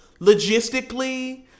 logistically